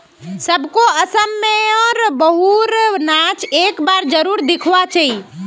सबको असम में र बिहु र नाच एक बार जरुर दिखवा चाहि